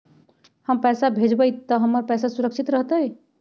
हम पैसा भेजबई तो हमर पैसा सुरक्षित रहतई?